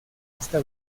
esta